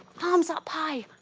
arms up high,